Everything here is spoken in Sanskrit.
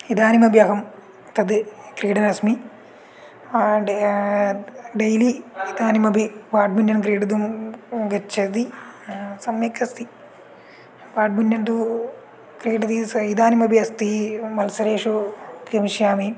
इदानीमपि अहं तद् क्रीडनस्मि डैली इदानीमपि ब्याड्मिटन् क्रीडितुं गच्छति सम्यक् अस्ति ब्याट्मिंटन् तु क्रीडति स इदानीमपि अस्ति वल्सरेषु गमिष्यामि